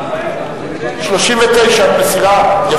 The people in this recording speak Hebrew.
מסירה.